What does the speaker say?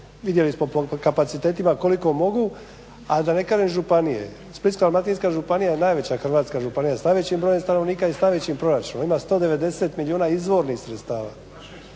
vidjeli smo po kapacitetima koliko mogu, a da ne kažem županije. Splitsko-dalmatinska županija je najveća hrvatska županija sa najvećim brojem stanovnika i s najvećim proračunom. Ima 190 milijuna izvornih sredstava.